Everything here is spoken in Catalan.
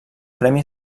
premi